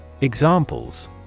Examples